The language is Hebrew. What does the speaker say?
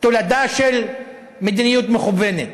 תולדה של מדיניות מכוונת.